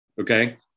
okay